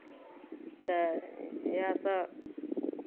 तऽ इएहसभ